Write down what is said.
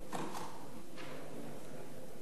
אין